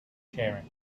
sharing